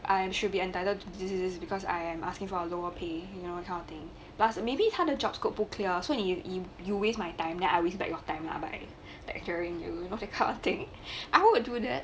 I should be entitled to this this this because I am asking for a lower pay you know that kind of thing plus maybe 他的 job scope 不 clear so you you waste my time then I waste back your time by lecturing you you know that kind of thing I would do that